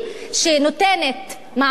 שנותנת מעמד